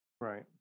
Right